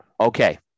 Okay